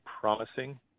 promising